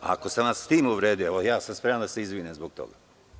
Ako sam vas sa tim uvredio, ja sam spreman da se izvinim zbog toga.